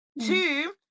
Two